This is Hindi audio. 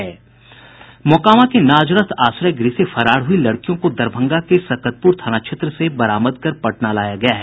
मोकामा के नाजरथ आश्रय गृह से फरार हुयी लड़कियों को दरभंगा के सकतपुर थाना क्षेत्र से बरामद कर पटना लाया गया है